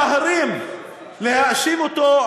שממהרים להאשים אותו,